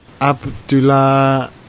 Abdullah